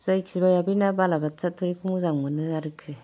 जायखि बायया बे ना बालाबाथिया थुरिखौ मोजां मोनो आरखि